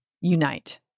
unite